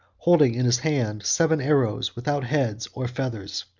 holding in his hand seven arrows, without heads or feathers,